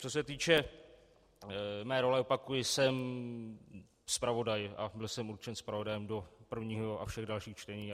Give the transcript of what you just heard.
Co se týče mé role, opakuji, jsem zpravodaj a byl jsem určen zpravodajem do prvního a všech dalších čtení.